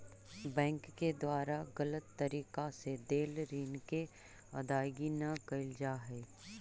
bank के द्वारा गलत तरीका से देल ऋण के अदायगी न कैल जा हइ